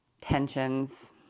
tensions